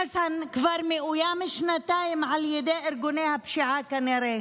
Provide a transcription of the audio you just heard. חסן מאוים כבר שנתיים על ידי ארגוני הפשיעה, כנראה